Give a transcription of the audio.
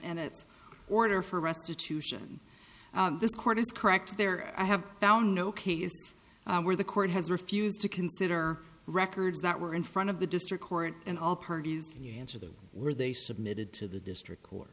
its order for restitution this court is correct there i have found no cases where the court has refused to consider records that were in front of the district court and all parties and you answer them were they submitted to the district court